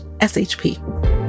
SHP